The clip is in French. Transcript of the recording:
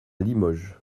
limoges